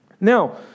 Now